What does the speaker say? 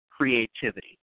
creativity